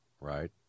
Right